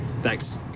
Thanks